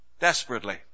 desperately